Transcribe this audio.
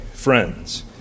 Friends